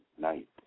night